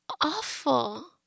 awful